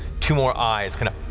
two more eyes, and